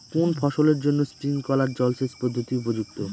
কোন ফসলের জন্য স্প্রিংকলার জলসেচ পদ্ধতি উপযুক্ত?